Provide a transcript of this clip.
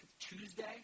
Tuesday